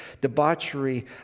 debauchery